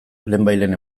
lehenbailehen